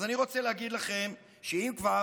אז אני רוצה להגיד לכם שאם כבר,